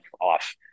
off